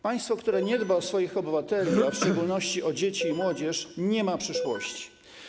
Państwo, które nie dba o swoich obywateli, a w szczególności o dzieci i młodzież, nie ma przyszłości.